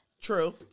True